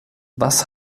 was